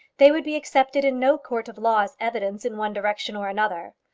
they would be accepted in no court of law as evidence in one direction or another.